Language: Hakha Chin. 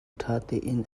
ṭhatein